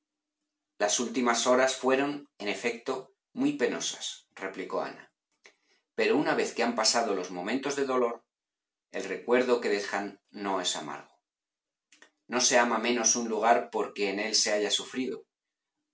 las últimas horas fueron en efecto muy penosasreplicó ana pero una vez que han pasado los momentos de dolor el recuerdo que dejan no es amargo no se ama menos un lugar por que en él se haya sufrido